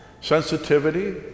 sensitivity